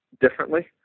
differently